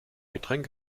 getränk